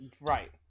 right